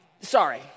sorry